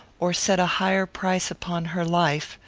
or set a higher price upon her life,